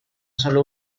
solo